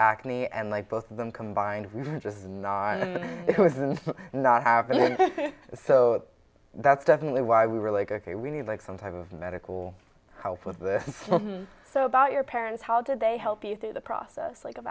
acne and like both of them combined just not not have been so that's definitely why we were like ok we need like some type of medical house with this so about your parents how did they help you through the process